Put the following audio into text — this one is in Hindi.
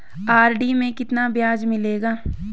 आर.डी में कितना ब्याज मिलेगा?